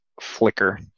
flicker